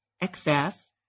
excess